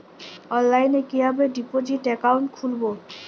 অনলাইনে কিভাবে deposit account খুলবো?